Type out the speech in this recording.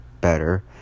better